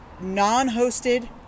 non-hosted